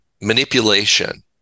manipulation